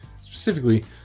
specifically